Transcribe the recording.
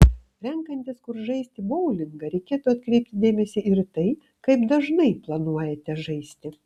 renkantis kur žaisti boulingą reikėtų atkreipti dėmesį ir į tai kaip dažnai planuojate žaisti